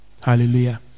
Hallelujah